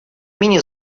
менее